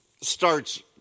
starts